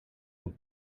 moet